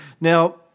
Now